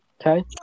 Okay